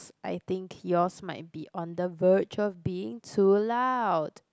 I think yours might be on the verge of being too loud